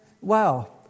wow